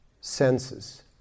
senses